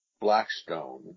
Blackstone